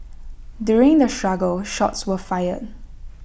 during the struggle shots were fired